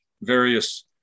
various